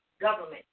government